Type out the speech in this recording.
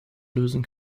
lösen